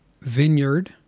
vineyard